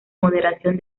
moderación